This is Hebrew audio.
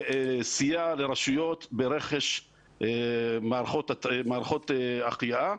סייע לרשויות ברכש מערכות החייאה.